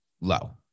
low